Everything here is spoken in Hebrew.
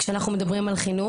כשאנחנו מדברים על חינוך,